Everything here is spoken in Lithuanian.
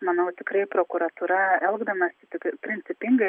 manau tikrai prokuratūra elgdamasi tik principingai